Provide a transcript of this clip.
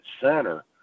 center